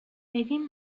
بدین